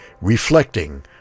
reflecting